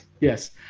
Yes